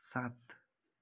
सात